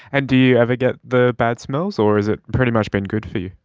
and do you ever get the bad smells or has it pretty much been good for you?